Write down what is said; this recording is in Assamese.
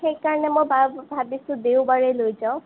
সেইকাৰণে মই বা ভাবিছোঁ দেওবাৰে লৈ যাওঁ